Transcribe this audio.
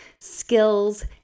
skills